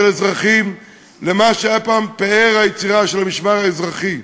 אזרחים למה שהיה פעם פאר היצירה של המשמר האזרחי.